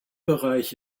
bereich